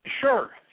sure